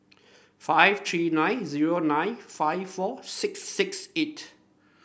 five three nine zero nine five four six six eight